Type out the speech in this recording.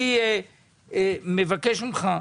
אני מבקש ממך,